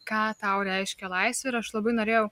ką tau reiškia laisvė ir aš labai norėjau